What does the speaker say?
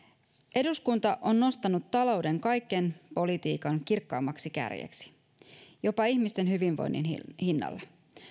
eduskunta on nostanut talouden kaiken politiikan kirkkaimmaksi kärjeksi jopa ihmisten hyvinvoinnin hinnalla